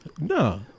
No